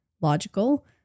logical